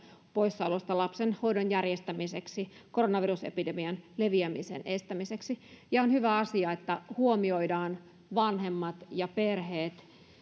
poissaolosta lapsen hoidon järjestämiseksi koronavirusepidemian leviämisen estämiseksi ja on hyvä asia että huomioidaan vanhemmat ja perheet